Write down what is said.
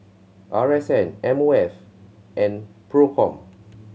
R S N M O F and Procom